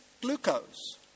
glucose